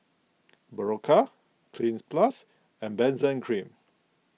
Berocca Cleanz Plus and Benzac Cream